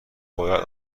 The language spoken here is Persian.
باید